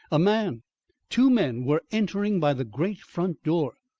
a man two men were entering by the great front door.